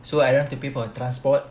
so I don't have to pay for transport